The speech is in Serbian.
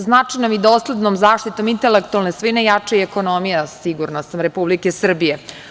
Značajnom i doslednom zaštitom intelektualne svojine jača i ekonomija, sigurna sam, Republike Srbije.